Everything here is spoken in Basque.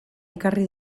ekarri